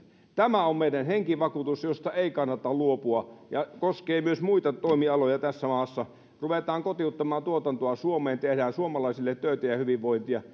tämä on meidän henkivakuutuksemme josta ei kannata luopua ja se koskee myös muita toimialoja tässä maassa ruvetaan kotiuttamaan tuotantoa suomeen tehdään suomalaisille töitä ja hyvinvointia